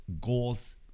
Goals